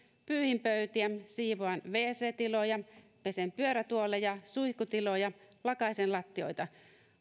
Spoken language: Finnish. pyyhin pöytiä siivoan wc tiloja pesen pyörätuoleja suihkutiloja lakaisen lattioita